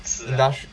indust~